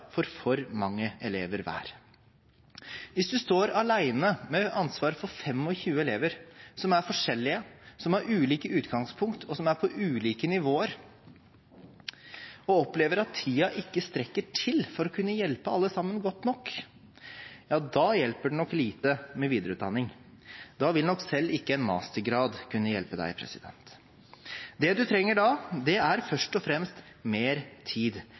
for for mange elever. Hvis en står alene med ansvar for 25 elever som er forskjellige, som har ulike utgangspunkt, og som er på ulike nivåer, og opplever at tiden ikke strekker til for å kunne hjelpe alle godt nok, hjelper det lite med videreutdanning. Da vil nok selv ikke en mastergrad kunne hjelpe en. Det en trenger da, er først og fremst mer tid,